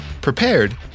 prepared